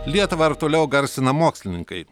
lietuvą ir toliau garsina mokslininkai